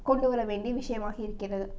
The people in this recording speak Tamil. கொண்டு வர வேண்டிய விஷயமாக இருக்கிறது